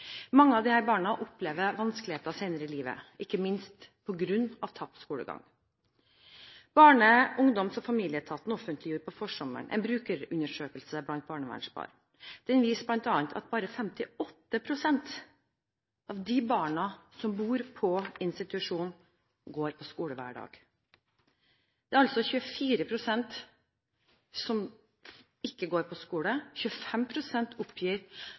Mange av disse barna opplever vanskeligheter senere i livet, ikke minst på grunn av tapt skolegang. Barne-, ungdoms- og familieetaten offentliggjorde på forsommeren en brukerundersøkelse blant barnevernsbarn. Den viser bl.a. at bare 58 pst. av dem som bor på institusjon, går på skole hver dag. Det er altså 24 pst. som ikke går på skole, 25 pst. oppgir